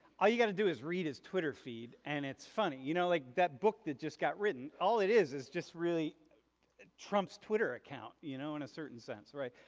all you got to do is read his twitter feed and it's funny. you know like that book that just got written all it is, is just really trump's twitter account you know in a certain sense right?